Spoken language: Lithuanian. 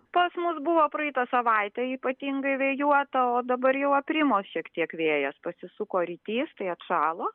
pas mus buvo praeitą savaitę ypatingai vėjuota o dabar jau aprimo šiek tiek vėjas pasisuko rytys tai atšalo